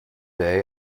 day